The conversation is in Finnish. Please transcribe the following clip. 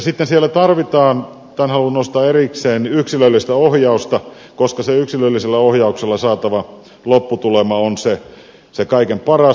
sitten siellä tarvitaan tämän haluan nostaa erikseen yksilöllistä ohjausta koska se yksilöllisellä ohjauksella saatava lopputulema on se kaikkein paras